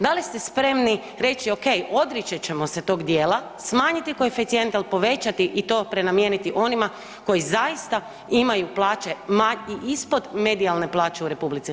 Da li ste spremni reći okej, odreći ćemo se tog dijela, smanjiti koeficijente, al povećati i to prenamijeniti onima koji zaista imaju plaće ma i ispod medijalne plaće u RH?